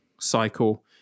cycle